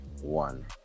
one